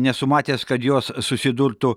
nesu matęs kad jos susidurtų